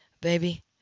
baby